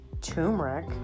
turmeric